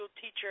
teacher